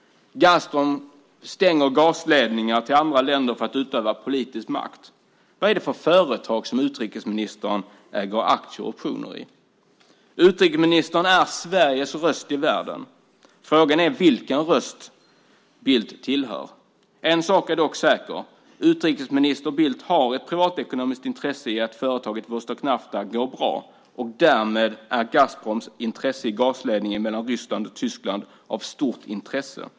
Gazprom stänger också gasledningar till andra länder för att utöva politisk makt. Vad är det för företag som utrikesministern äger aktier och optioner i? Utrikesministern är Sveriges röst i världen. Frågan är vilken röst Bildt tillhör. En sak är dock säker: Utrikesminister Bildt har ett privatekonomiskt intresse i att företaget Vostok Nafta går bra. Därmed är Gazproms intresse i gasledningen mellan Ryssland och Tyskland av stort intresse.